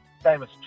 Famous